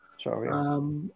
Sorry